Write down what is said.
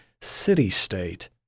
city-state